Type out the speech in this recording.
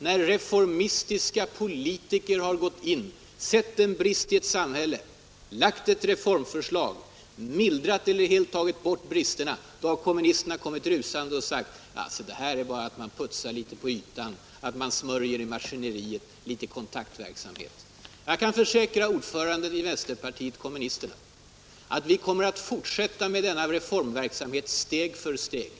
När reformistiska politiker har gått in, sett en brist i samhället, lagt ett reformförslag, mildrat eller helt tagit bort bristerna, då har kommunisterna kommit rusande och sagt: ”Det här betyder bara att man putsar litet på ytan, att man smörjer maskineriet, att man har litet kontaktverksamhet.” Jag kan försäkra ordföranden i vänsterpartiet kommunisterna att vi kom — Nr 47 mer att fortsätta med denna reformverksamhet steg för steg.